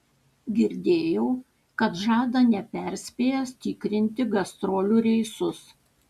girdėjau kad žada neperspėjęs tikrinti gastrolių reisus